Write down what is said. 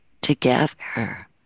together